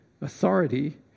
authority